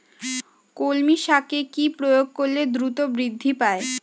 কলমি শাকে কি প্রয়োগ করলে দ্রুত বৃদ্ধি পায়?